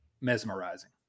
mesmerizing